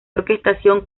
orquestación